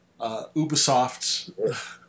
Ubisoft